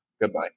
Goodbye